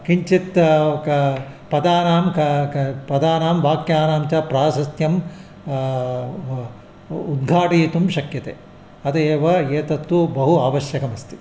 किञ्चित् क पदानां क क पदानां वाक्यानां च प्राशस्त्यम् उद्घाटयितुं शक्यते अतः एव एतत्तु बहु आवश्यकमस्ति